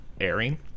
airing